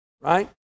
right